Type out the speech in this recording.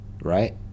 right